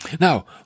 Now